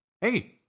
hey